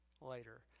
later